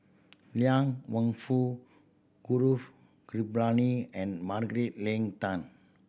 Liang Wenfu Gaurav Kripalani and Margaret Leng Tan